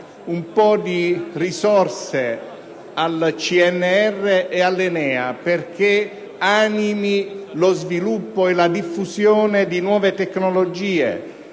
un po' di risorse al CNR e all'ENEA perché animino lo sviluppo e la diffusione di nuove tecnologie